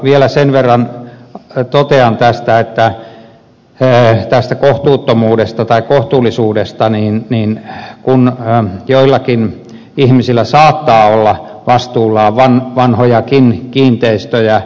vielä sen verran totean tästä kohtuuttomuudesta tai kohtuullisuudesta että joillakin ihmisillä saattaa olla vastuullaan vanhojakin kiinteistöjä